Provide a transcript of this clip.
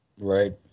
Right